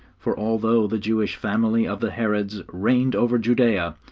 for although the jewish family of the herods reigned over judea,